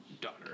daughter